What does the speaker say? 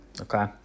okay